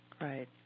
Right